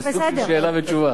זה סוג של שאלה ותשובה.